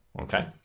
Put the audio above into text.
Okay